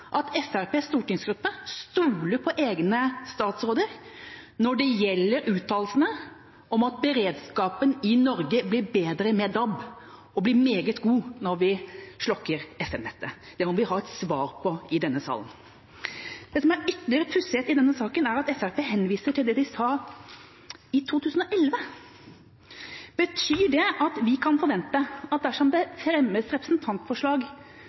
at Fremskrittspartiets stortingsgruppe stoler på egne statsråder når det gjelder uttalelsene om at beredskapen i Norge blir bedre med DAB og blir meget god når vi slukker FM-nettet? Det må vi ha et svar på i denne salen. Det som er en ytterligere pussighet i denne saken, er at Fremskrittspartiet henviser til det de sa i 2011. Betyr det at vi kan forvente at dersom det fremmes representantforslag